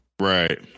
Right